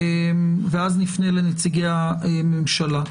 לאחר מכן נפנה לנציגי הממשלה.